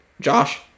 Josh